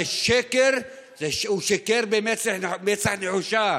זה שקר, הוא שיקר במצח נחושה.